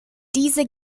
diese